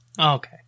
Okay